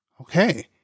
okay